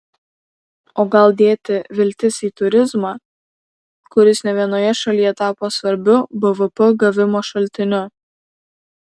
o gal dėti viltis į turizmą kuris ne vienoje šalyje tapo svarbiu bvp gavimo šaltiniu